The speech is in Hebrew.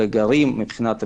וגרים במסגרת זו.